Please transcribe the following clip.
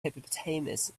hippopotamus